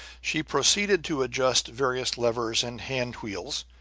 she proceeded to adjust various levers and hand-wheels,